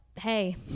hey